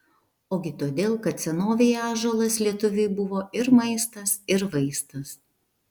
ogi todėl kad senovėje ąžuolas lietuviui buvo ir maistas ir vaistas